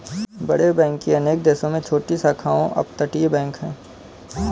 बड़े बैंक की अनेक देशों में छोटी शाखाओं अपतटीय बैंक है